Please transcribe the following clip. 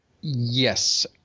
Yes